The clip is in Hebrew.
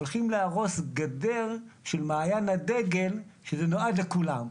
הולכים להרוס גדר של מעיין הדגל שזה נועד לכולם.